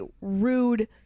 rude